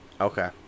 Okay